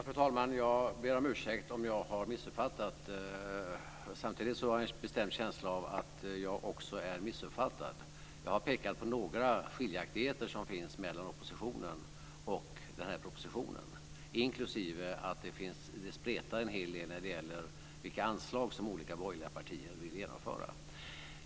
Fru talman! Jag ber om ursäkt om jag har missuppfattat Ester Lindstedt-Staaf. Samtidigt har jag en bestämd känsla av att också jag är missuppfattad. Jag har pekat på några skiljaktigheter som finns mellan oppositionen och propositionen. Det spretar en hel del när det gäller vilka anslag som olika borgerliga partier föreslår.